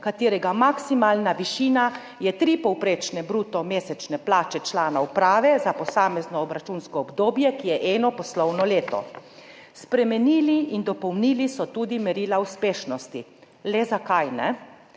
katerega maksimalna višina je tri povprečne bruto mesečne plače člana uprave za posamezno obračunsko obdobje, ki je eno poslovno leto. Spremenili in dopolnili so tudi merila uspešnosti. Le zakaj?